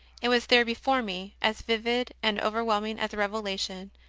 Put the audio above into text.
it was there before me, as vivid and overwhelming as a revelation,